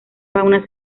fauna